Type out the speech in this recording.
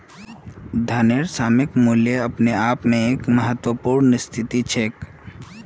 धनेर सामयिक मूल्य अपने आपेर एक महत्वपूर्ण स्थिति छेक